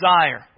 desire